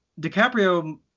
DiCaprio